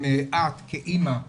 את כאמא,